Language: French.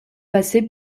passait